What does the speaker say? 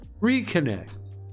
Reconnect